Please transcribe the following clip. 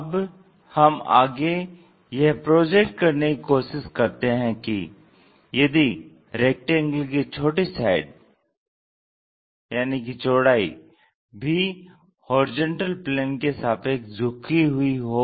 अब हम आगे यह प्रोजेक्ट करने की कोशिश करते है कि यदि रेक्टेंगल की छोटी साइड चौड़ाई भी HP के सापेक्ष झुकी हुई हो